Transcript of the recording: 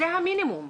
זה המינימום.